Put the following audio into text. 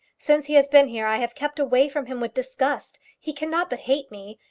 since he has been here i have kept away from him with disgust. he cannot but hate me,